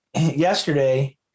yesterday